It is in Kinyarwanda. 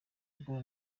rugo